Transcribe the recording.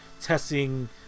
testing